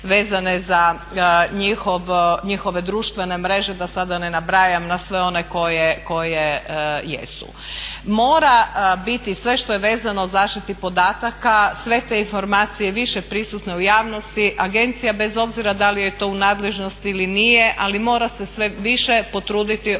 vezane za njihove društvene mreže da sada ne nabrajam na sve one koje jesu. Mora biti sve što je vezano za zaštitu podataka, sve te informacije više prisutne u javnosti agencija bez obzira da li je to u nadležnosti ili nije, ali mora se sve više potruditi oko